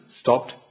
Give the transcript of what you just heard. stopped